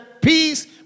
peace